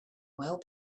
well